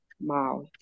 mouth